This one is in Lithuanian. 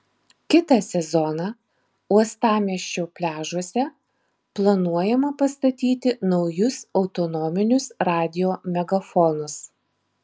kitą sezoną uostamiesčio pliažuose planuojama pastatyti naujus autonominius radijo megafonus